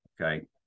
okay